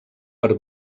per